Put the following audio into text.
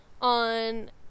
on